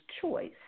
choice